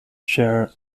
share